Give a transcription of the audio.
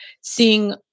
seeing